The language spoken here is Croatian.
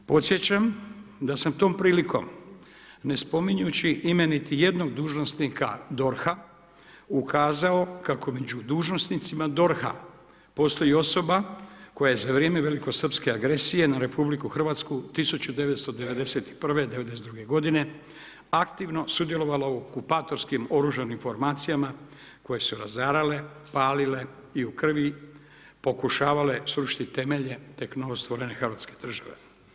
Podsjećam da sam tom prilikom, ne spominjući ime niti jednog dužnosnika DORH-a, ukazao kako među dužnosnicima DORH-a postoji osoba koja je za vrijeme veliko srpske agresije na RH 1991., '92. godine aktivno sudjelovala u okupatorskim oružanim formacijama koje su razarale, palile i u krvi pokušavale srušiti temelje tek novo stvorene Hrvatske države.